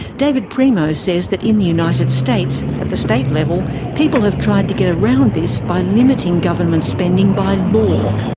david primo says that in the united states at the state level people have tried to get around this by limiting government spending by law.